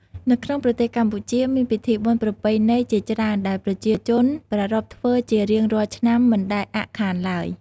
នៅក្នុងប្រទេសកម្ពុជាមានពិធីបុណ្យប្រពៃណីជាច្រើនដែលប្រជាជនប្រារព្ធធ្វើជារៀងរាល់ឆ្នាំមិនដែលអាក់ខានឡើយ។